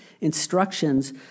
instructions